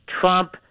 Trump